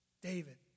David